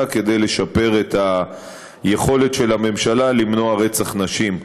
כדי לשפר את היכולת של הממשלה למנוע רצח נשים.